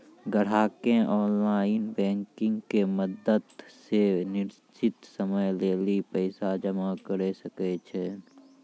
ग्राहकें online banking के मदत से निश्चित समय लेली पैसा जमा करै सकै छै